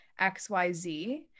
xyz